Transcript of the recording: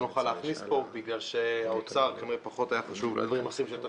לא נוכל להכניס פה בגלל שזה כנראה היה פחות חשוב לאוצר מדברים אחרים.